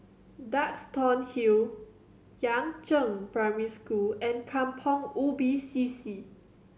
Duxton Hill Yangzheng Primary School and Kampong Ubi C C